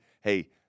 hey